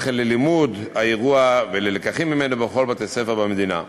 ללימוד האירוע והלקחים ממנו בכל בתי-הספר במדינה.